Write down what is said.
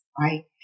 Right